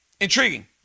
intriguing